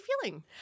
feeling